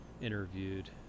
interviewed